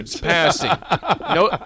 passing